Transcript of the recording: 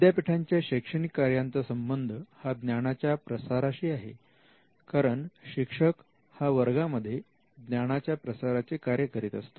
विद्यापीठांच्या शैक्षणिक कार्यांचा संबंध हा ज्ञानाच्या प्रसाराशी आहे कारण शिक्षक हा वर्गामध्ये ज्ञानाच्या प्रसाराचे कार्य करीत असतो